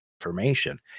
information